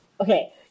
Okay